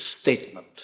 statement